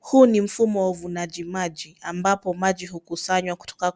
Huu ni mfumo wa uvunaji maji ambapo maji hukusanywa kutoka